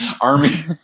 army